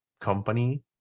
company